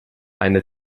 eine